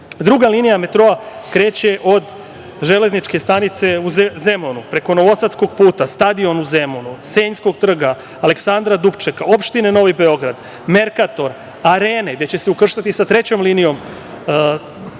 linija metroa kreće od železničke stanice u Zemunu, preko novosadskog puta, stadion u Zemunu, Senjskog trga, Aleksandra Dubčeka, opštine Novi Beograd, Merkator, Arene, gde će se ukrštati sa trećom linijom metroa,